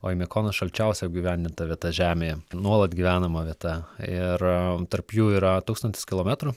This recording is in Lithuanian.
oimiakonas šalčiausia apgyvendinta vieta žemėje nuolat gyvenama vieta ir tarp jų yra tūkstantis kilometrų